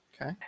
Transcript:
Okay